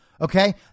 Okay